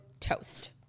toast